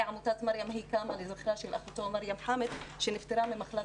עמותת 'מרים' קמה לזכרה של אחותו מרים חאמד שנפטרה ממחלת